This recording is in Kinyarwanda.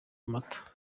amata